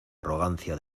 arrogancia